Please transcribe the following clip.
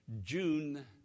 June